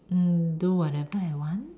mm do whatever I want